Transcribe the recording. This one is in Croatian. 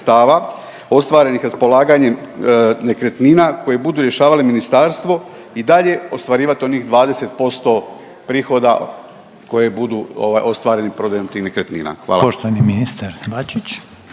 sredstava ostvarenih raspolaganjem nekretnina koje budu rješavale ministarstvo i dalje ostvarivat onih 20% prihoda koje budu ovaj ostvareni prodajom tih nekretnina? Hvala.